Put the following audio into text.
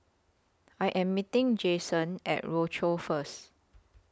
I Am meeting Jayson At Rochor First